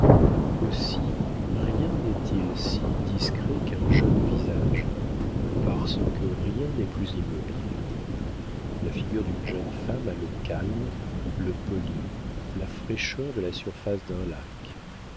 aussi rien n'est-il si discret qu'un jeune visage parce que rien n'est plus immobile la figure d'une jeune femme a le calme le poli la fraîcheur de la surface d'un lac